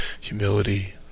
humility